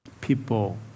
People